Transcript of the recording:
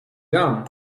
gun